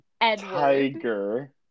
Tiger